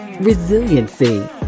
resiliency